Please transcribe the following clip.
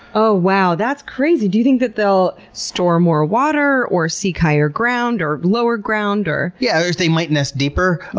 oh wow, that's crazy. do you think that they'll store more water or seek higher ground or lower ground or? yeah, they might nest deeper.